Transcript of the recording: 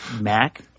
Mac